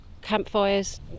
campfires